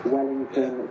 Wellington